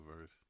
verse